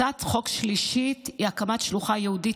הצעת חוק שלישית היא הקמת שלוחה ייעודית